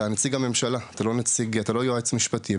אתה נציג הממשלה, אתה לא יועץ משפטי.